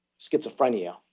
schizophrenia